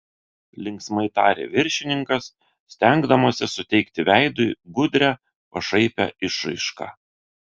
linksmai tarė viršininkas stengdamasis suteikti veidui gudrią pašaipią išraišką